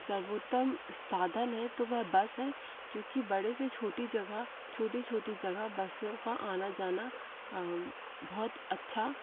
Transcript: सर्वोत्तम साधन है तो वह बस है क्योंकि बड़े से छोटी जगह छोटी छोटी जगह बसों का आना जाना बहुत अच्छा